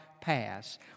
pass